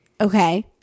okay